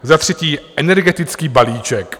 Za třetí energetický balíček.